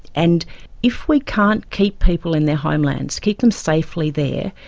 and if we can't keep people in their homelands, keep them safely there,